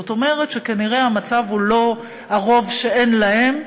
זאת אומרת שכנראה המצב הוא לא שהרוב הוא אלה שאין להם,